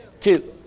Two